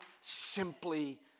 simply